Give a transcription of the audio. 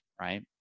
right